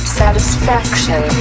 satisfaction